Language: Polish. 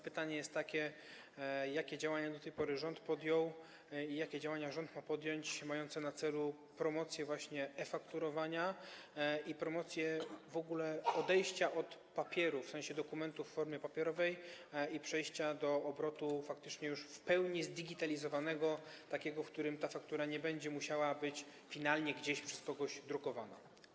Pytanie jest takie: Jakie do tej pory rząd podjął i jakie ma podjąć działania mające na celu promocję e-fakturowania i promocję w ogóle odejścia od papieru, w sensie dokumentu w formie papierowej, i przejścia do obrotu faktycznie już w pełni zdigitalizowanego, takiego, w którym ta faktura nie będzie musiała być finalnie gdzieś przez kogoś drukowana?